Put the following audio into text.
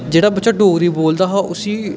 जेह्ड़ा बच्चा डोगरी बोलदा हा उसी